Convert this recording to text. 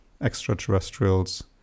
extraterrestrials